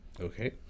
Okay